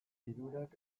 hirurak